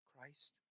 Christ